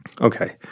Okay